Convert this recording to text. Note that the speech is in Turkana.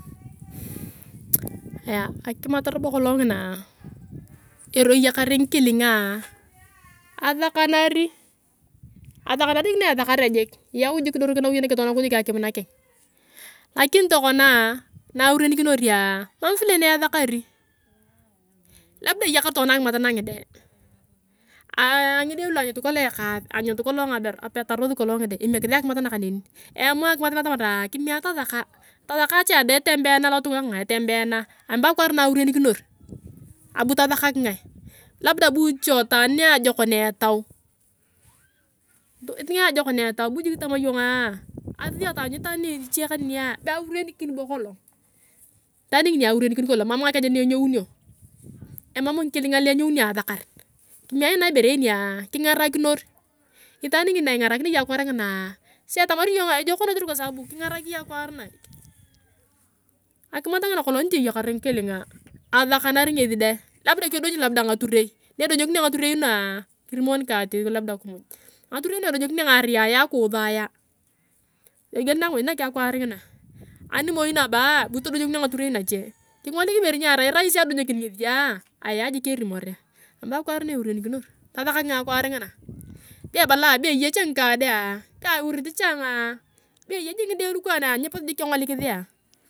Ayaa akimat robo kolong nginaa, eyakar ngikilingaa asakana asakanari jik naesakarea jik yau jik kidorok anaui anakeng tonok jik akim anawi anakenga tonouk jik akim nakeng lakini tokona naurienikinoria mam vile niesakari labda egakar tokona akimat naka ngide ngide lu anyut kolong ekaas anyut kolong ngabeur apetarosi kolong ngido emekis akimat naka kaneni eamua akimat naka atamarea kome atasaka atasaka cha deng etembeana lotunga kanga etembeana anibo akwaar naurianikinoria abu tosakak ngae labda bu iche taan niajekon etau bu jik tama uyonga alosia atouny iche taan kanenia be aurienikin bo kolong itaan nginia aurenikin kolong mam ngakejen, emam ngikilinga luenyeunio asakar kime aina iborenia kingarakinor itaan ngini na ingarakinea iyong akwaar nginaa si etamari iyong ejok noi kotere kwa sababu kingarak iyong ayong akwaar naa, akimat ngina kolong niti eyakar ngikilinga asakanari ngesi deng labda kedonyi labda ngaturei, naedonyokinio ngaturei nua kirimo nika ati labda kimuj ngaturei nu naedonyokinio labda ngareria yea kiusaea togeliunea akimuj nakeng akwaar ngina ani moi naboa bo todonyokinio ngaturei nache kingolik ibore niarai rais adonyokini ngesia aya jik erimorea anibo akwaar na eurenikinor tasakak ngae akwaar ngina, be ebalaa be eya cha ngika dea be aurit change, be eya jik ngide lukaa nea nyepote jik kengolikis ayong.